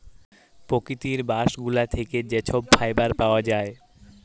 পকিতির বাস্ট গুলা থ্যাকে যা ছব ফাইবার পাউয়া যায়